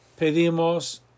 pedimos